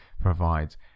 provides